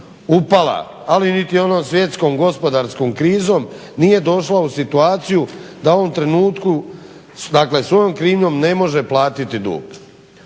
upala, ali ni onom svjetskom gospodarskom krizom nije došla u situaciju da u ovom trenutku, dakle svojom krivnjom ne može platiti dug.